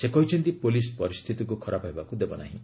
ସେ କହିଛନ୍ତି' ପୋଲିସ ପରିସ୍ଥିତିକୁ ଖରାପ ହେବାକୁ ଦେବ ନାହିଁ